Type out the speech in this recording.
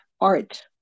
art